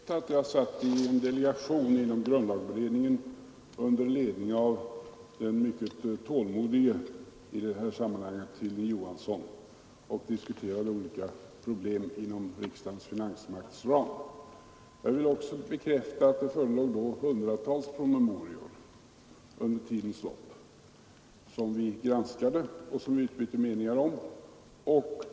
Fru talman! Jag vill gärna bekräfta att jag satt i en delegation inom grundlagberedningen under ledning av den i det här sammanhanget mycket tålmodige Hilding Johansson och diskuterade olika problem inom riksdagens finansmakts ram. Jag vill också bekräfta att det framlades hundratals promemorior under tidens lopp, som vi granskade och utbytte meningar om.